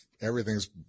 everything's